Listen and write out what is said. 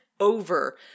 over